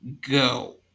Go